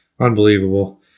unbelievable